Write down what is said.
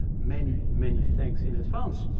many, many thanks in advance.